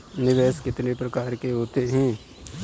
निवेश कितने प्रकार के होते हैं?